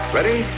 Ready